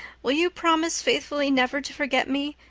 will you promise faithfully never to forget me,